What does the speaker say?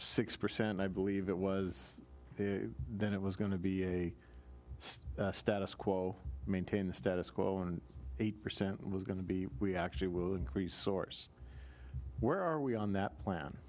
six percent i believe it was then it was going to be a status quo maintain the status quo and eight percent was going to be we actually will increase soars where are we on that plan